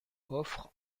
offre